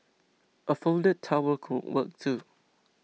a folded towel could work too